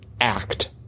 Act